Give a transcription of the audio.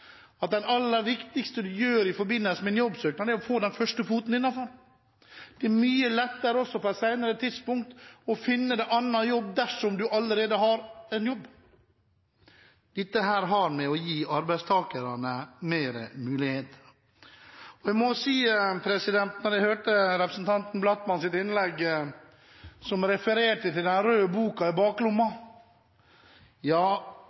at det aller viktigste man kan gjøre i forbindelse med en jobbsøknad, er å få en fot innenfor. Det er mye lettere å finne seg en annen jobb på et senere tidspunkt dersom man allerede har en jobb. Dette dreier seg om å gi arbeidstakerne flere muligheter. Jeg må si at jeg, da jeg hørte innlegget fra representanten Blattmann, som refererte til den røde boka i baklomma,